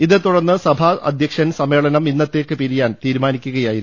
ഇതേ തുടർന്ന് സഭാധ്യക്ഷൻ സമ്മേളനം ഇന്നത്തേക്ക് പിരിയാൻ തീരുമാനിക്കുകയായിരുന്നു